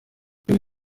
ibi